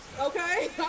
Okay